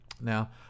Now